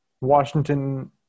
Washington